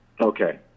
Okay